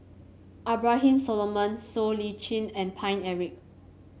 Abraham Solomon Siow Lee Chin and Paine Eric